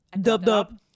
Dub-Dub